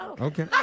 Okay